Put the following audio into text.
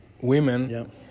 women